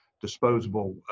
disposable